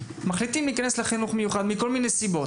מחליטים להיכנס לחינוך המיוחד מכל מיני סיבות.